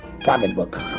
pocketbook